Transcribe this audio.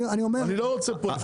אני לא רוצה לפתוח את זה.